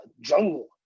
jungle